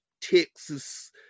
Texas